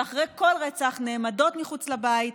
שאחרי כל רצח נעמדות מחוץ לבית,